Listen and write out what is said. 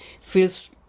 feels